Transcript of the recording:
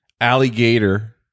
Alligator